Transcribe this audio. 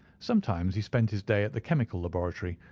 sometimes he spent his day at the chemical laboratory,